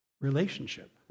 Relationship